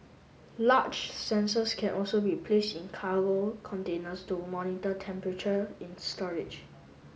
large sensors can also be placed in cargo containers to monitor temperature in storage